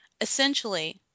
essentially